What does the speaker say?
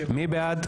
מי בעד?